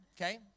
Okay